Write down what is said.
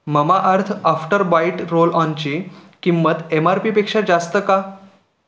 Mamaearth after bite रोलऑनची किंमत M R पीपेक्षा जास्त का